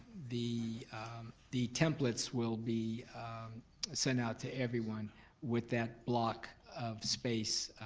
the the templates will be sent out to everyone with that block of space,